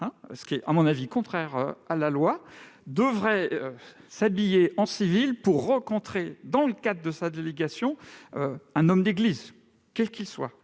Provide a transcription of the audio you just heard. ce qui est, à mon avis, contraire à la loi, devrait s'habiller en civil pour rencontrer, dans le cadre de sa délégation, un homme d'Église, quel qu'il soit.